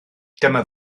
dyma